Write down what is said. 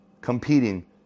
competing